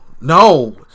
No